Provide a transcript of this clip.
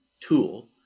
tool